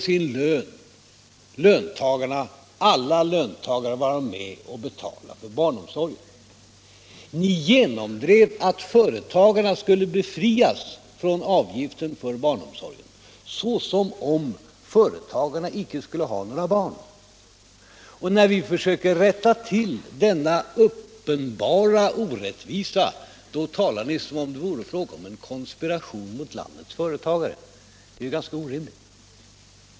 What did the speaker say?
Alla löntagare får vara med och betala för den, men ni genomdrev att företagarna skulle befrias från avgiften för barnomsorgen — som om företagarna inte skulle ha några barn. När vi försöker rätta till denna uppenbara orättvisa, då talar ni som om det vore fråga om en konspiration mot landets företagare. Det är ju ganska orimligt.